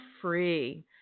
free